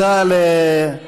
בנייה רוויה,